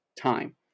time